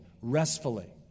restfully